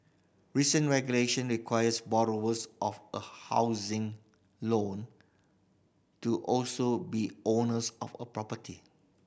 recent regulation requires of a housing loan to also be owners of a property